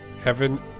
Heaven